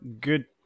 good